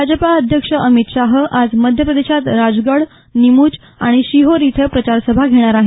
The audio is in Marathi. भाजपा अध्यक्ष अमित शहा आज मध्यप्रदेशात राजगड नीमूच आणि शिहोर इथं प्रचारसभा घेणार आहेत